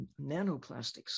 nanoplastics